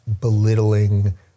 belittling